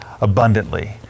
abundantly